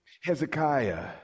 Hezekiah